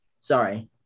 Sorry